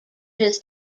his